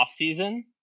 offseason